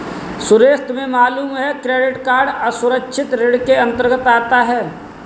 सुरेश तुम्हें मालूम है क्रेडिट कार्ड असुरक्षित ऋण के अंतर्गत आता है